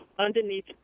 underneath